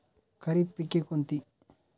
खरीप पिके कोणती?